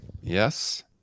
Yes